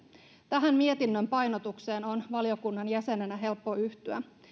tähän mietinnön painotukseen on valiokunnan jäsenenä helppo yhtyä